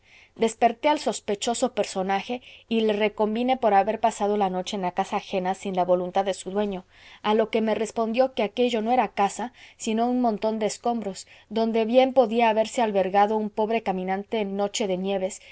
desperté al sospechoso personaje y le reconvine por haber pasado la noche en la casa ajena sin la voluntad de su dueño a lo que me respondió que aquello no era casa sino un montón de escombros donde bien podía haberse albergado un pobre caminante en noche de nieves